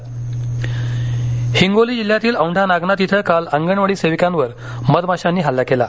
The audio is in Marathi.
मधमाशी हल्ला हिंगोलीजिल्ह्यातील औंढा नागनाथ धिं काल अंगणवाडी सेविकांवर मधमाशांनी हल्लाकेला